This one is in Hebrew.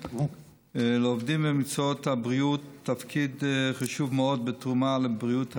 לעובדים במקצועות הבריאות יש תפקיד חשוב מאוד בתרומה לבריאות האזרחים.